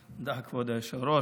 תודה, כבוד היושב-ראש.